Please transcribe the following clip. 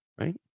right